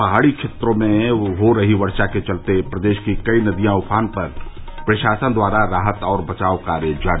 पहाड़ी क्षेत्रों में हो रही वर्षा के चलते प्रदेश की कई नदियां उफान पर प्रशासन द्वारा राहत और बचाव कार्य जारी